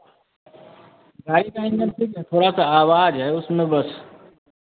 गाड़ी का इंजन ठीक है थोड़ा सा आवाज़ है उसमें बस